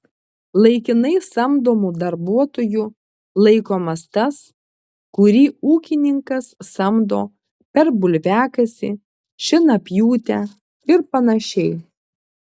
laikinai samdomu darbuotoju laikomas tas kurį ūkininkas samdo per bulviakasį šienapjūtę ir panašiai